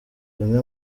zimwe